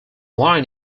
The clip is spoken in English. line